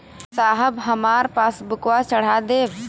साहब हमार पासबुकवा चढ़ा देब?